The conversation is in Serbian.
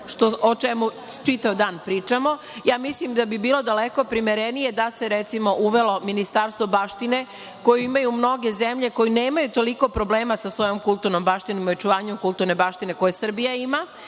o čemu čitav dan pričamo, mislim da bi bilo daleko primerenije da se recimo uvelo ministarstvo baštine koje imaju mnoge zemlje koje nemaju toliko problema sa svojom kulturnom baštinom i očuvanjem kulturne baštine koje Srbija ima.